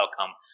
outcome